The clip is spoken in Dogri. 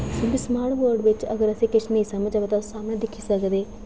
स्मार्ट बोर्ड च असेंगी किश समझ नेईं औंदी तां अस सामनै दिक्खी सकदे